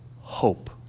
Hope